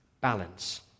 Balance